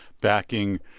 backing